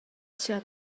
chia